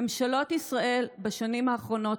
ממשלות ישראל בשנים האחרונות,